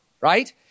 right